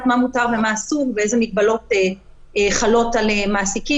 מה מותר ומה אסור ואיזה מגבלות חלות על מעסיקים,